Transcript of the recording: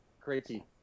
Crazy